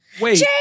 Wait